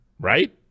right